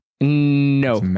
No